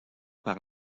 par